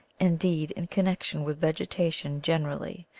indeed in connection with vegetation generally,